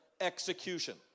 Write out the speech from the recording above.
execution